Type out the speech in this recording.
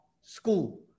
school